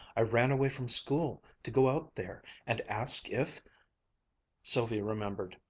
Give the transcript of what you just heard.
i ran away from school to go out there, and ask if sylvia remembered,